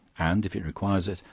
and if it requires it,